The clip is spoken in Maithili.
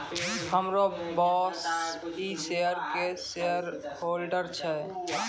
हमरो बॉसे इ शेयर के शेयरहोल्डर छै